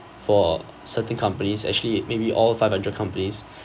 for certain companies actually maybe all five hundred companies